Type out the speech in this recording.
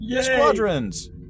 Squadrons